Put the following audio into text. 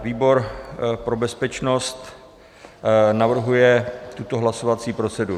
Výbor pro bezpečnost navrhuje tuto hlasovací proceduru: